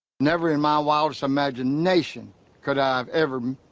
never in my wildest imagination could i ever,